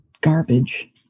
garbage